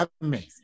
amazing